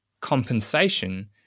compensation